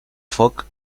foc